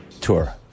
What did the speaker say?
tour